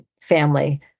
family